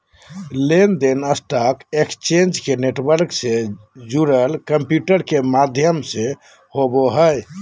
लेन देन stock exchange के network से जुड़ल कंम्प्यूटर के माध्यम से होबो हइ